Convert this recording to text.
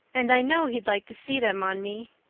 and i know he'd like to see them on me.